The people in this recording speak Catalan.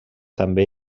també